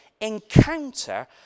encounter